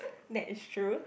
that's true